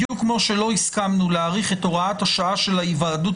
בדיוק כמו שלא הסכמנו להאריך את הוראת השעה של ההיוועדות